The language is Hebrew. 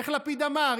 איך לפיד אמר?